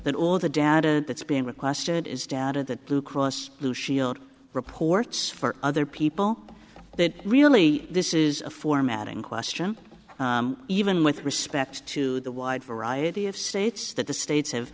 that all of the data that's being requested is down to the blue cross blue shield reports for other people that really this is a formatting question even with respect to the wide variety of states that the states have